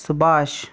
Subhash